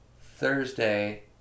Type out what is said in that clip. thursday